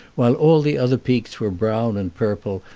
while all the other peaks were brown and purple,